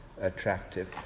attractive